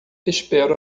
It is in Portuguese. espero